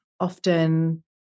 often